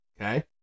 Okay